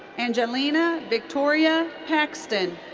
angelina victoria paxton.